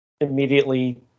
immediately